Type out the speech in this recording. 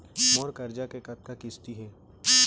मोर करजा के कतका किस्ती हे?